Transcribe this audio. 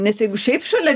nes jeigu šiaip šalia